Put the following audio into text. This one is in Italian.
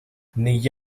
negli